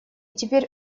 теперь